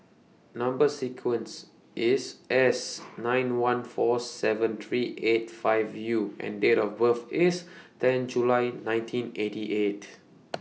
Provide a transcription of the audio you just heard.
Number sequence IS S nine one four seven three eight five U and Date of birth IS ten July nineteen eighty eight